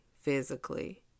physically